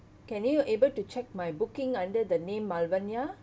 can you able to check my booking under the name malvania